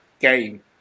game